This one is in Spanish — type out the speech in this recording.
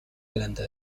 delante